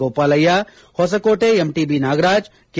ಗೋಪಾಲಯ್ನ Hoskote MTB ನಾಗರಾಜ್ಕೆ